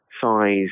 size